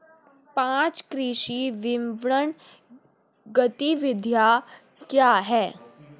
पाँच कृषि विपणन गतिविधियाँ क्या हैं?